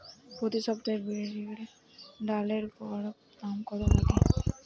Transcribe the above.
প্রতি সপ্তাহে বিরির ডালের গড় দাম কত থাকে?